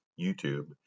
YouTube